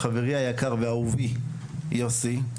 חברי היקר ואהובי יוסי.